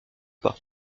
pas